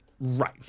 right